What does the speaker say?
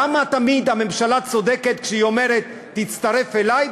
למה תמיד הממשלה צודקת כשהיא אומרת: תצטרף אלי,